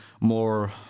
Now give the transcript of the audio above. more